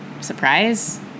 surprise